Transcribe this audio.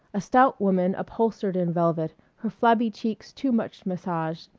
a stout woman upholstered in velvet, her flabby cheeks too much massaged,